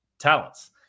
talents